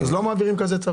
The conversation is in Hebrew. אז לא מעבירים כזה צו.